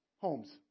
homes